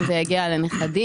אם זה יגיע לנכדים,